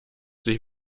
sich